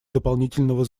дополнительного